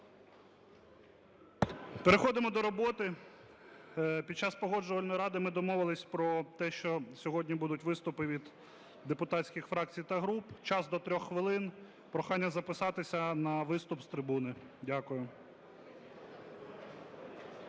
Переходимо до роботи. Під час Погоджувальної ради ми домовились про те, що сьогодні будуть виступи від депутатських фракцій та груп, час до 3 хвилин. Прохання записатися на виступ з трибуни. Дякую.